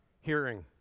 hearing